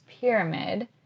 Pyramid